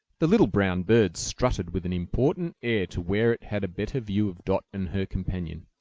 the little brown bird strutted with an important air to where it had a better view of dot and her companion,